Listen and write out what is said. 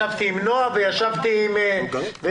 ישבתי עם נועה וישבתי עם יוגב